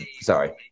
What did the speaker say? sorry